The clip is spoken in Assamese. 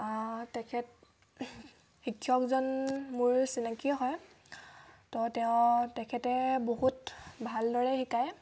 তেখেত শিক্ষকজন মোৰো চিনাকীয়ে হয় তো তেওঁ তেখেতে বহুত ভালদৰে শিকায়